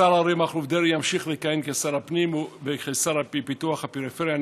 השר אריה מכלוף דרעי ימשיך לכהן כשר הפנים והשר לפיתוח הפריפריה,